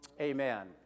Amen